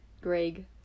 Greg